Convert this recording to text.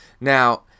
Now